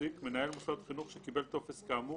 מנהל מוסד חינוך שקיבל טופס כאמור,